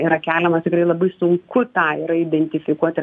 yra keliamas tikrai labai sunku tą yra identifikuot ir